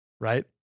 Right